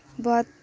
بہت